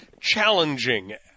challenging